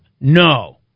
No